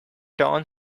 torn